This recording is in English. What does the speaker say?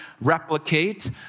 replicate